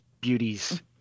beauties